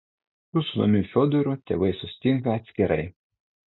su sūnumi fiodoru tėvai susitinka atskirai